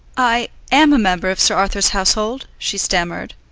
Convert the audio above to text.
i am a member of sir arthur's household, she stammered.